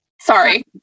Sorry